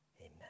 Amen